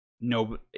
No